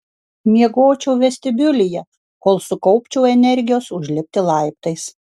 miegočiau vestibiulyje kol sukaupčiau energijos užlipti laiptais